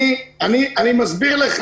אני מסביר לך.